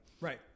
Right